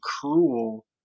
cruel